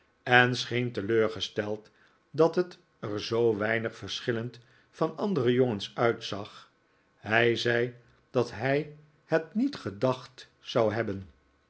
en scheen teleurgesteld dat het er zoo weinig verschillend van andere jongens uitzag hij zei dat hij het niet gedacht zou hebben